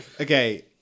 Okay